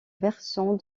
versant